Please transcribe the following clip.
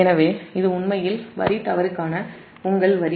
எனவே இது உண்மையில் வரி தவறுக்கான உங்கள் வரி